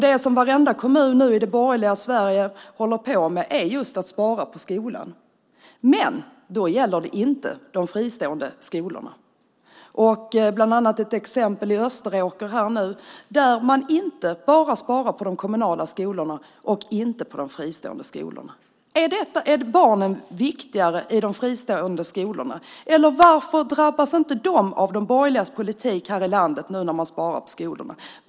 Det som varenda kommun i det borgerliga Sverige nu håller på med är just att spara på skolan. Det gäller dock inte de fristående skolorna. Ett exempel har vi från Österåker där man bara sparar på de kommunala skolorna men inte på de fristående. Är barnen i de fristående skolorna viktigare? Varför drabbas inte de av de borgerligas politik när man sparar på skolan?